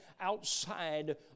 outside